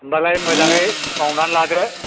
होमब्लालाय मोजाङै मावना लादो